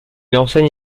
enseigne